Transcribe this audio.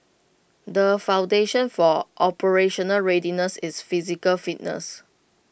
the foundation for operational readiness is physical fitness